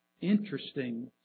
Interesting